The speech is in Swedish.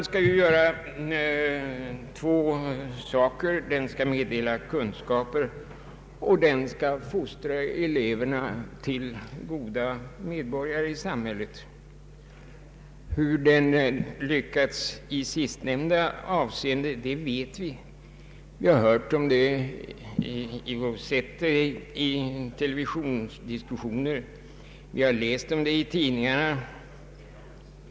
Skolan skall dels meddela kunskaper, dels fostra eleverna till goda medborgare i samhället. Hur den lyckats i sistnämnda avseende vet vi. Vi har hört om det i televisionsdiskussioner, vi har läst om det i tidningarna.